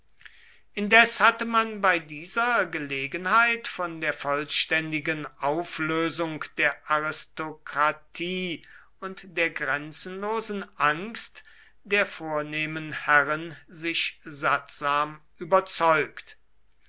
indes hatte man bei dieser gelegenheit von der vollständigen auflösung der aristokratie und der grenzenlosen angst der vornehmen herren sich sattsam überzeugt